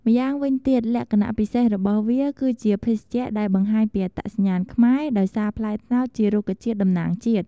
ម្យ៉ាងវិញទៀតលក្ខណៈពិសេសរបស់វា គឺជាភេសជ្ជៈដែលបង្ហាញពីអត្តសញ្ញាណខ្មែរ ដោយសារផ្លែត្នោតជារុក្ខជាតិតំណាងជាតិ។